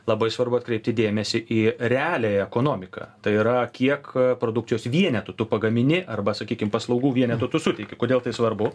labai svarbu atkreipti dėmesį į realiąją ekonomiką tai yra kiek produkcijos vienetų tu pagamini arba sakykim paslaugų vienetų tu suteiki kodėl tai svarbu